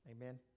Amen